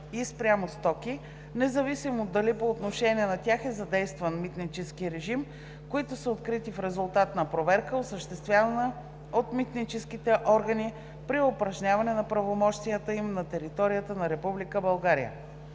и спрямо стоки, независимо дали по отношение на тях е задействан митнически режим, които са открити в резултат на проверка, осъществявана от митническите органи при упражняване на правомощията им, на територията на